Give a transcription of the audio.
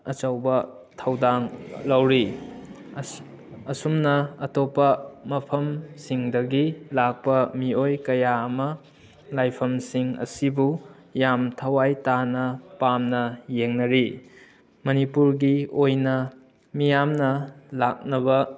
ꯑꯆꯧꯕ ꯊꯧꯗꯥꯡ ꯂꯧꯔꯤ ꯑꯁꯨꯝꯅ ꯑꯇꯣꯞꯄ ꯃꯐꯝ ꯁꯤꯡꯗꯒꯤ ꯂꯥꯛꯄ ꯃꯤꯑꯣꯏ ꯀꯌꯥ ꯑꯃ ꯂꯥꯏꯐꯝꯁꯤꯡ ꯑꯁꯤꯕꯨ ꯌꯥꯝ ꯊꯋꯥꯏ ꯇꯥꯅ ꯄꯥꯝꯅ ꯌꯦꯡꯅꯔꯤ ꯃꯅꯤꯄꯨꯔꯒꯤ ꯑꯣꯏꯅ ꯃꯤꯌꯥꯝꯅ ꯂꯥꯛꯅꯕ